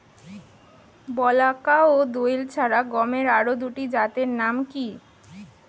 বলাকা ও দোয়েল ছাড়া গমের আরো দুটি জাতের নাম কি?